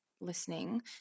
listening